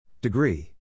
Degree